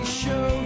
show